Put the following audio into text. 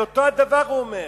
זה אותו הדבר, הוא אומר.